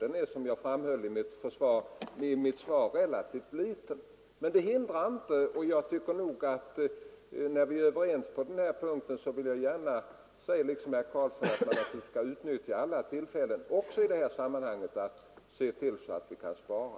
Den är, som jag framhöll i mitt svar, relativt liten, men det hindrar inte — och där är jag överens med herr Karlsson i Malung — att man skall utnyttja alla tillfällen också i de här sammanhangen att spara.